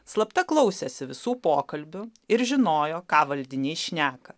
slapta klausėsi visų pokalbių ir žinojo ką valdinys šneka